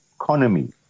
economy